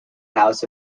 house